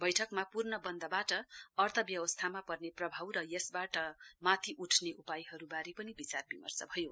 बैठकमा पूर्णबन्दबाट अर्थव्यवस्थामा पर्ने प्रभाव र यसबाट माथि उठ्ने उपायहरूबारे पनि विचार विमर्श भयो